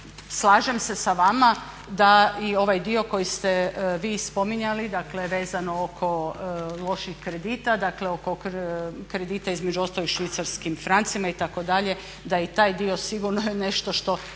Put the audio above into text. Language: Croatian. slažem se vama da i ovaj dio koji ste vi spominjali, dakle vezano oko loših kredita, dakle oko kredita između ostalog u švicarskim francima itd. da i taj dio sigurno je nešto što